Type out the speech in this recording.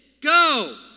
go